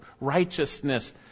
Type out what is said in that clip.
righteousness